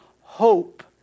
hope